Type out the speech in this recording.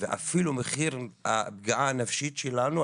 ואפילו מחיר הפגיעה הנפשית שלנו,